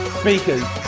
speakers